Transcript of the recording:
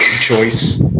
choice